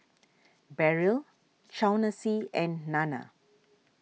Beryl Chauncy and Nana